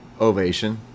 ovation